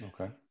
okay